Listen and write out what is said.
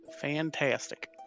Fantastic